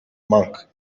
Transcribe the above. monk